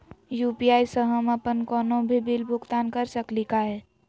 UPI स हम अप्पन कोनो भी बिल भुगतान कर सकली का हे?